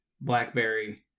blackberry